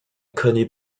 connu